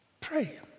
pray